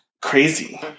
Crazy